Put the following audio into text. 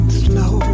slow